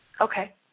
Okay